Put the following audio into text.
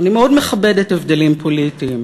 אני מאוד מכבדת הבדלים פוליטיים,